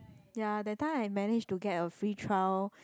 ya that time I managed to get a free trial